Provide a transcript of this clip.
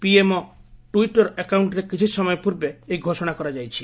PMO Twitter ଆକାଉଷ୍ଟରେ କିଛି ସମୟ ପୂର୍ବେ ଏହି ଘୋଷଣା କରାଯାଇଛି